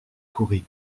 courir